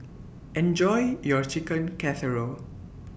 Enjoy your Chicken Casserole